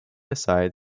aside